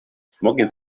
smoking